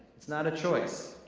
it's not a choice.